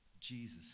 Jesus